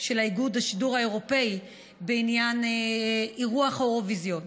של איגוד השידור האירופי בעניין אירוח האירוויזיון.